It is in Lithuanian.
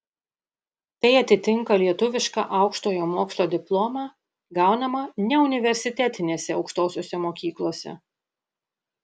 tai atitinka lietuvišką aukštojo mokslo diplomą gaunamą neuniversitetinėse aukštosiose mokyklose